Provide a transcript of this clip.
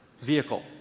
vehicle